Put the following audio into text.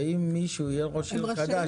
ואם מישהו יהיה ראש עיר חדש,